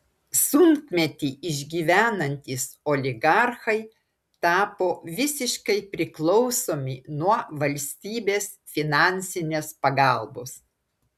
sunkmetį išgyvenantys oligarchai tapo visiškai priklausomi nuo valstybės finansinės pagalbos